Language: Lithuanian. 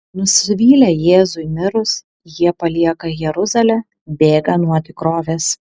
nusivylę jėzui mirus jie palieka jeruzalę bėga nuo tikrovės